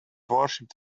worshiped